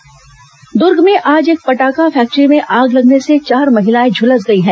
पटाखा फैक्ट्री आग दुर्ग में आज एक पटाखा फैक्ट्री में आग लगने से चार महिलाएं झुलस गई हैं